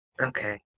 Okay